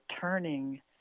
turning